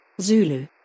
Zulu